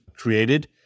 created